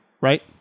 right